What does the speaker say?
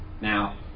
Now